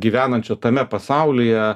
gyvenančio tame pasaulyje